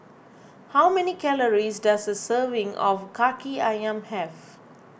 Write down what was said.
how many calories does a serving of Kaki Ayam have